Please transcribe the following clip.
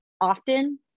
often